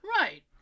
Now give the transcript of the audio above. Right